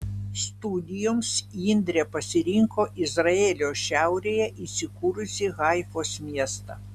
studijoms indrė pasirinko izraelio šiaurėje įsikūrusį haifos miestą